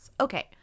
Okay